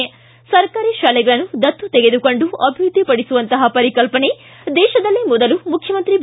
C ಸರ್ಕಾರಿ ಶಾಲೆಗಳನ್ನು ದತ್ತು ತೆಗೆದುಕೊಂಡು ಅಭಿವೃದ್ಧಿ ಪಡಿಸುವಂತಹ ಪರಿಕಲ್ಪನೆ ದೇಶದಲ್ಲೇ ಮೊದಲು ಮುಖ್ಣಮಂತ್ರಿ ಬಿ